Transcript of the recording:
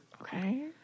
Okay